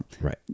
Right